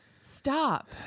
stop